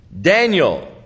Daniel